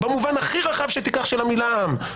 במובן הכי רחב שתיקח, של המילה עם.